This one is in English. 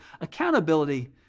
accountability